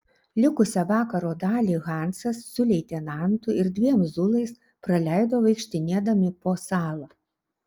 likusią vakaro dalį hansas su leitenantu ir dviem zulais praleido vaikštinėdami po salą